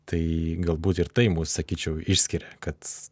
tai galbūt ir tai mus sakyčiau išskiria kad